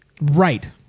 Right